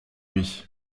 lui